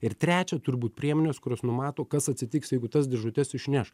ir trečia turi būt priemonės kurios numato kas atsitiks jeigu tas dėžutes išneš